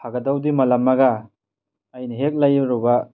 ꯐꯒꯗꯧꯗꯤ ꯃꯥꯜꯂꯝꯃꯒ ꯑꯩꯅ ꯍꯦꯛ ꯂꯩꯔꯨꯔꯕ